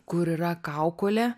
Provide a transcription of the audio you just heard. kur yra kaukolė